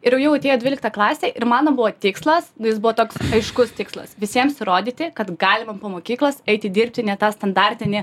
ir jau jau atėjo dvylikta klasė ir mano buvo tikslas nu jis buvo toks aiškus tikslas visiems įrodyti kad galima po mokyklos eiti dirbti ne tą standartinį